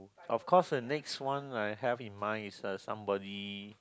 of course the next one I have in mind is uh somebody